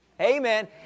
Amen